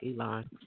Elon